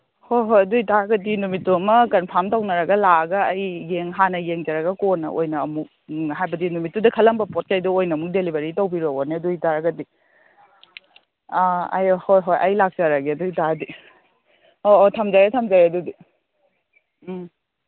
ꯍꯣꯏ ꯍꯣꯏ ꯑꯗꯨ ꯑꯣꯏ ꯇꯥꯔꯒꯗꯤ ꯅꯨꯃꯤꯠꯇꯣ ꯑꯃ ꯀꯟꯐꯥꯝ ꯇꯧꯅꯔꯒ ꯂꯥꯛꯑꯒ ꯑꯩ ꯍꯥꯟꯅ ꯌꯦꯡꯖꯔꯒ ꯀꯣꯟꯅ ꯑꯣꯏꯅ ꯑꯃꯨꯛ ꯍꯥꯏꯕꯗꯤ ꯅꯨꯃꯤꯠꯇꯨꯗ ꯈꯜꯂꯝꯕ ꯄꯣꯠꯈꯩꯗꯣ ꯑꯣꯏꯅ ꯑꯃꯨꯛ ꯗꯦꯂꯤꯕꯔꯤ ꯇꯧꯕꯤꯔꯛꯑꯣꯅꯦ ꯑꯗꯨ ꯑꯣꯏ ꯇꯥꯔꯒꯗꯤ ꯑꯥ ꯑꯩ ꯍꯣꯏ ꯍꯣꯏ ꯑꯩ ꯂꯥꯛꯆꯔꯒꯦ ꯑꯗꯨ ꯑꯣꯏ ꯇꯥꯔꯗꯤ ꯑꯣ ꯑꯣ ꯊꯝꯖꯔꯦ ꯊꯝꯖꯔꯦ ꯑꯗꯨꯗꯤ ꯎꯝ